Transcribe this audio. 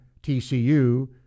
TCU